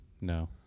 No